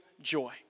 joy